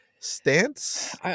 Stance